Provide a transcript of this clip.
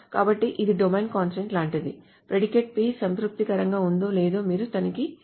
కాబట్టి ఇది domain constraint లాంటిది ప్రిడికేట్ p సంతృప్తికరంగా ఉందో లేదో మీరు తనిఖీ చేస్తారు